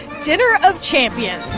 dinner of champions